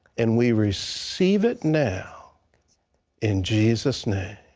and we receive it now in jesus' name.